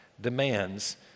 demands